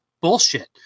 bullshit